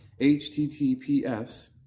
HTTPS